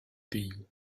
pays